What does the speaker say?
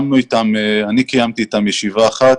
אני קיימתי אתם ישיבה אחת.